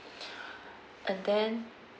and then